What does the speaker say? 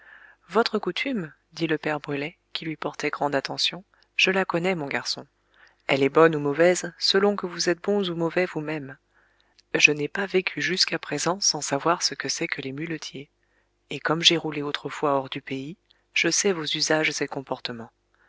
votre coutume dit le père brulet qui lui portait grande attention je la connais mon garçon elle est bonne ou mauvaise selon que vous êtes bons ou mauvais vous-mêmes je n'ai pas vécu jusqu'à présent sans savoir ce que c'est que les muletiers et comme j'ai roulé autrefois hors du pays je sais vos usages et comportements